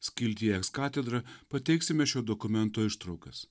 skiltyje eks katedra pateiksime šio dokumento ištraukas